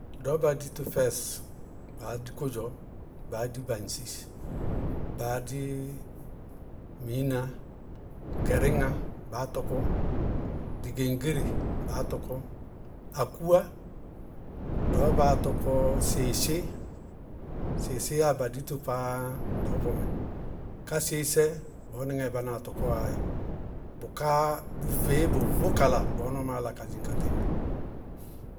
Ɖɔɔba dito fɛɩsɩ: baá di kʋdzɔɔ, baá di baŋsi, baá di miiná, gɛrɩŋá baá tɔkɔr, digésire baá tɔkɔ, akúwá, ɖɔɔbaá tɔkɔ seesé, seesi yáa ba dito páá ɖɔɔbɔmɛ. Káseisɛ, bɔɔnɩŋɛɛ bánáa tɔkɔwáá bʋká bʋfeé, bʋvʋ kala, bɔɔ nɔɔɔ má yáláa ka dzɩŋ ka tɩŋñ dzɛ.